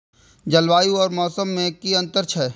जलवायु और मौसम में कि अंतर छै?